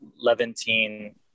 Levantine